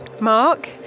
Mark